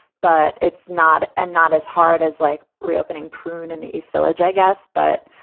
but it's not and not as hard as like reopening prune in the east village, i guess. but,